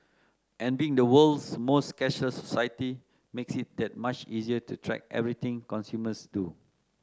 and being the world's most cashless society makes it that much easier to track everything consumers do